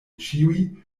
ĉiuj